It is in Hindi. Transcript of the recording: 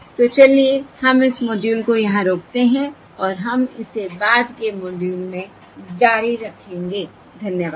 तो चलिए हम इस मॉड्यूल को यहाँ रोकते हैं और हम इसे बाद के मॉड्यूल में जारी रखेंगे धन्यवाद